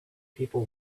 people